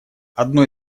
одно